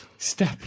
Step